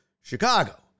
Chicago